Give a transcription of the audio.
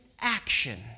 action